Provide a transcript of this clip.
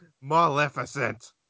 Maleficent